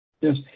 yes